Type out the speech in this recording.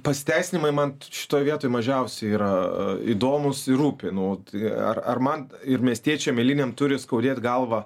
pasiteisinimai man šitoj vietoj mažiausiai yra įdomūs ir rūpi nu tai ar man ir miestiečiam eiliniam turi skaudėt galvą